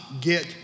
get